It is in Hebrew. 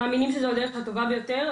מאמינים שזאת הדרך הטובה ביותר,